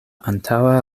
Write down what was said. antaŭa